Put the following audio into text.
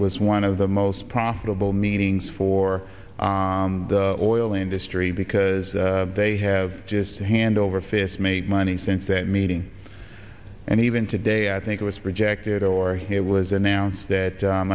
was one of the most profitable meetings for the oil industry because they have just to hand over fist made money since that meeting and even today i think it was projected or hit was announced that